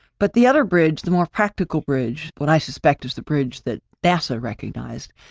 but the other bridge, the more practical bridge, what i suspect is the bridge that nasa recognized,